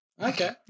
Okay